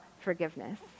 forgiveness